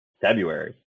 February